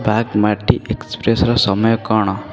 ବାଗମାଟି ଏକ୍ସପ୍ରେସର ସମୟ କ'ଣ